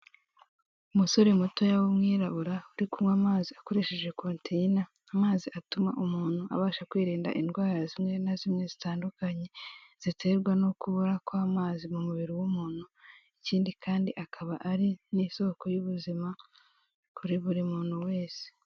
Umusore mutoya w'umwirabura uri kunywa amazi akoresheje konteyine, amazi atuma umuntu abasha kwirinda indwara zimwe na zimwe zitandukanye ziterwa no kubura kw'amazi mu mubiri w'umuntu, ikindi kandi akaba ari n'isoko y'ubuzima kuri buri muntu wese.